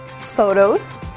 Photos